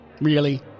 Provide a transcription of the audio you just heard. really